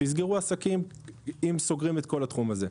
שיסגרו עסקים אם סוגרים את כל התחום הזה.